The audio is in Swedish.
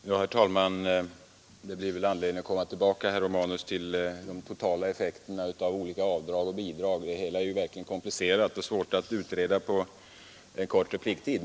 Herr talman! Det blir väl anledning att komma tillbaka, herr Romanus, till de totala effekterna av olika avdrag och bidrag. Det hela är verkligen komplicerat och svårt att utreda på en kort repliktid.